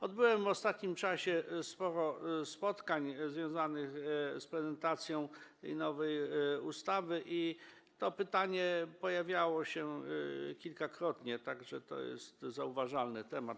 Odbyłem w ostatnim czasie sporo spotkań związanych z prezentacją nowej ustawy i to pytanie pojawiało się kilkakrotnie, tak że to jest zauważalny temat.